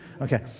Okay